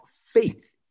faith